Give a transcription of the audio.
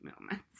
moments